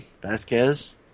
Vasquez